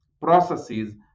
processes